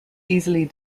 easily